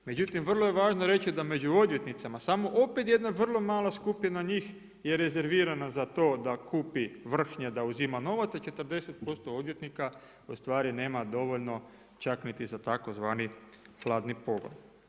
Međutim, vrlo je važno reći da među odvjetnicima samo opet jedna vrlo mala skupina njih je rezervirana za to da kupi vrhnje, da uzima novac, a 40% odvjetnika ustvari nema dovoljno čak niti za tzv. hladni pogon.